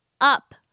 up